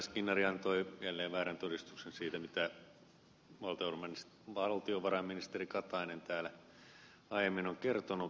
skinnari antoi jälleen väärän todistuksen siitä mitä valtiovarainministeri katainen täällä aiemmin on kertonut